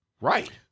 Right